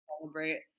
celebrate